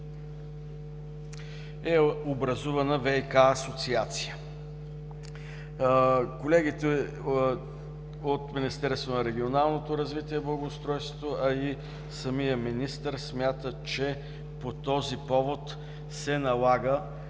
е образувана ВиК асоциация. Колегите от Министерството на регионалното развитие и благоустройството, а и самият Министър смятат, че по този повод се налага